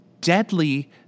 deadly